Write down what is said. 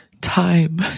Time